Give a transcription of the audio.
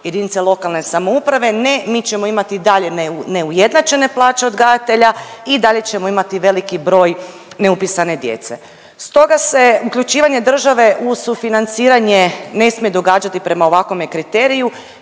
i tako rasteretila JLS, ne, mi ćemo imat i dalje neujednačene plaće odgajatelja i dalje ćemo imati veliki broj neupisane djece. Stoga se uključivanje države u sufinanciranje ne smije događati prema ovakvome kriteriju